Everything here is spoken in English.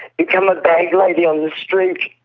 become a bag lady on the street?